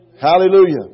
Hallelujah